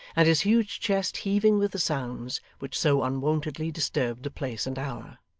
and his huge chest heaving with the sounds which so unwontedly disturbed the place and hour.